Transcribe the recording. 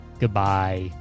goodbye